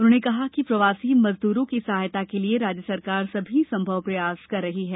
उन्होंने कहा कि प्रवासी मजदूरों की सहायता के लिए राज्य सरकार सभी संभव प्रयास कर रही है